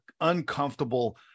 uncomfortable